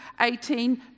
18